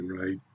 right